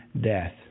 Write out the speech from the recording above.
death